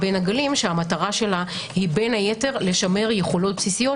הגלים שמטרתה בין היתר לשמר יכולות בסיסיות,